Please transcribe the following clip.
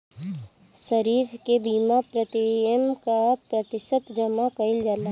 खरीफ के बीमा प्रमिएम क प्रतिशत जमा कयील जाला?